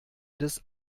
des